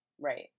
Right